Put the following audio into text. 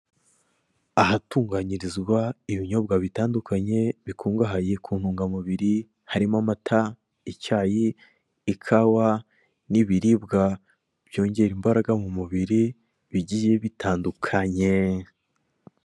Ahatunganyirizwa ibinyobwa bitandukanye bikungahaye ku ntungamubiri harimo amata, icyayi, ikawa n'ibiribwa byongera imbaraga mu mubiri bigiye bitandukanye.